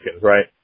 right